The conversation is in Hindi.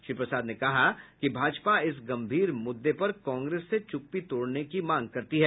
श्री प्रसाद ने कहा कि भाजपा इस गंभीर मूद्दे पर कांग्रेस से चूप्पी तोड़ने की मांग करती है